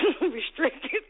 Restricted